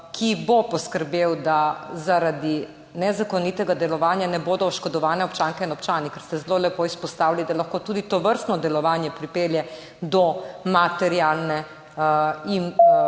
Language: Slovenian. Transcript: ki bo poskrbel, da zaradi nezakonitega delovanja ne bodo oškodovane občanke in občani. Ker ste zelo lepo izpostavili, da lahko tudi tovrstno delovanje pripelje do materialne in pravne